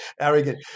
arrogant